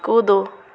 कूदू